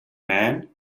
man